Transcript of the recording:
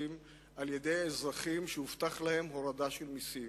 על-ידי אזרחים שהובטחה להם הורדת מסים.